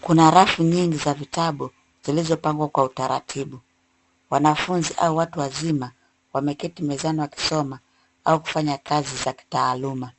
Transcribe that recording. Kuna rafu nyingi za vitabu zilizopangwa kwa utaratibu. Wanafunzi au watu wazima wameketi mezani wakisoma au kufanya kazi za kitaaluma.